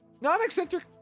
non-eccentric